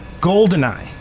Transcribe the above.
Goldeneye